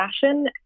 fashion